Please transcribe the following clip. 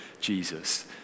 Jesus